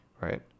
right